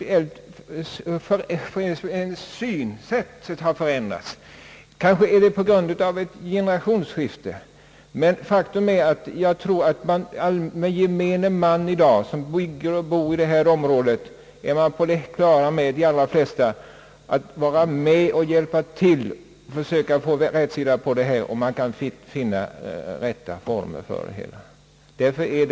Synsättet har förändrats, kanske tack vare generationsväxlingen. Faktum är att gemene man som i dag bygger och bor i detta område i de flesta fall är inställd på att vara med och hjälpa till att försöka få rätsida på ägoförhållandena och att finna de rätta formerna härför.